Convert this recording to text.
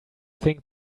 think